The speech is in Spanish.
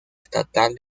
estatal